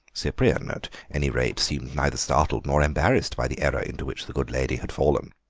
cyprian, at any rate, seemed neither startled nor embarrassed by the error into which the good lady had fallen.